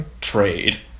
trade